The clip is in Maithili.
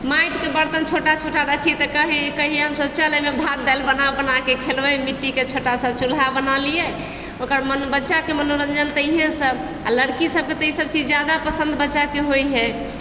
माटिके बर्तन छोटा छोटा रखियै तऽ कहियै हमसब चल एहिमे भात दालि बना बनाकेँ खेलबै मिट्टीके छोटा सा चूल्हा बना लियैक ओकर मानू बच्चाके मनोरञ्जन तऽ इएहेसँ आओर लड़िकी सबके तऽ ई सब चीज जादा पसन्द बच्चाके होइत अछि